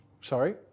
Sorry